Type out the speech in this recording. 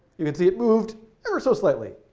you can see it moved ever so slightly.